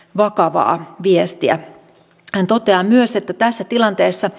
vakavaa viestiä hän toteaa myös että tässä tilanteessa